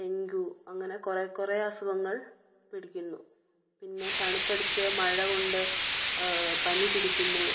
dengue അങ്ങനെ കുറെ കുറെ അസുഖങ്ങൾ പിടിക്കുന്നു പിന്നെ തണുപ്പടിച്ച് മഴ കൊണ്ട് പനി പിടിക്കുന്നു